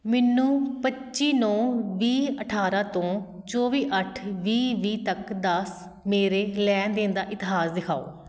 ਮੈਨੂੰ ਪੱਚੀ ਨੌ ਵੀਹ ਅਠਾਰਾਂ ਤੋਂ ਚੌਵੀ ਅੱਠ ਵੀਹ ਵੀਹ ਤੱਕ ਦਾ ਸ ਮੇਰੇ ਲੈਣ ਦੇਣ ਦਾ ਇਤਿਹਾਸ ਦਿਖਾਓ